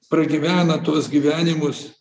pragyvena tuos gyvenimus